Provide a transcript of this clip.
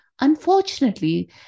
Unfortunately